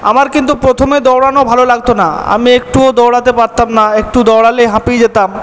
আমার কিন্তু প্রথমে দৌড়ানো ভালো লাগতো না আমি একটুও দৌড়াতে পারতাম না একটু দৌড়ালেই হাঁপিয়ে যেতাম